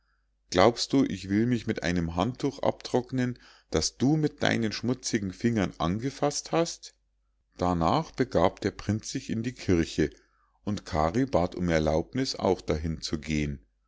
glaubst du ich will mich in einem handtuch abtrocknen das du mit deinen schmutzigen fingern angefasst hast darnach begab der prinz sich in die kirche und kari bat um erlaubniß auch dahin zu gehen